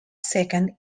second